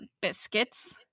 biscuits